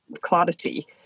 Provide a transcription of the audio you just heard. clarity